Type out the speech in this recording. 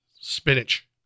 Spinach